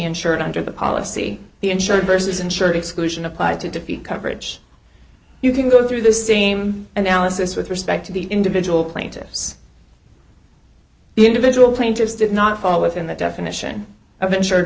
insured under the policy the insured vs insured exclusion applied to defeat coverage you can go through the same analysis with respect to the individual plaintiffs the individual plaintiffs did not fall within the definition of insured